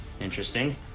Interesting